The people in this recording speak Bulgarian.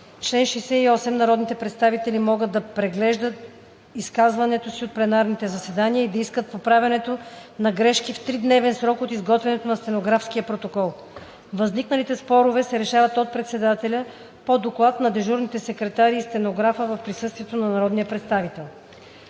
„Чл. 68. Народните представители могат да преглеждат изказванията си от пленарните заседания и да искат поправянето на грешки в тридневен срок от изготвянето на стенографския протокол. Възникналите спорове се решават от председателя по доклад на дежурните секретари и стенографа в присъствието на народния представител.“